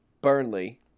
Burnley